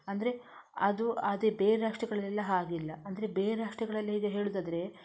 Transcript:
ಅಂದರೆ ಅದು ಅದೇ ಬೇರೆ ರಾಷ್ಟ್ರಗಳಲ್ಲಿ ಹಾಗಿಲ್ಲ ಅಂದರೆ ಬೇರೆ ರಾಷ್ಟ್ರಗಳಲ್ಲಿ ಈಗ ಹೇಳುವುದಾದ್ರೆ